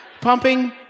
Pumping